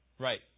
Right